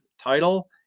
title